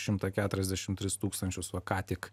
šimta keturiasdešim tris tūkstančius va ką tik